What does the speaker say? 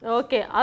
okay